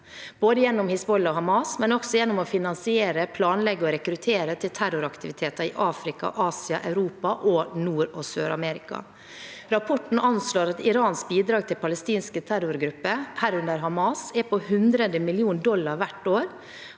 både Hizbollah og Hamas, men også gjennom å finansiere, planlegge og rekruttere til terroraktiviteter i Afrika, Asia, Europa og Nord- og Sør-Amerika. Rapporten anslår at Irans bidrag til palestinske terrorgrupper, herunder Hamas, er på 100 mill. dollar hvert år.